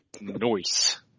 Noise